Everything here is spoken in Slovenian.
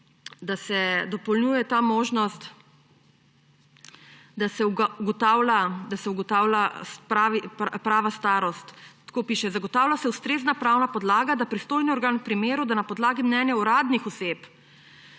da se dopolnjuje ta možnost, da se ugotavlja prava starost. Tako piše: »Zagotavlja se ustrezna pravna podlaga, da pristojni organ v primeru, da na podlagi mnenja uradnih oseb